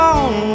on